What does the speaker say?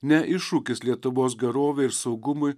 ne iššūkis lietuvos gerovei ir saugumui